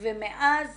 ומאז